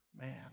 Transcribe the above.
man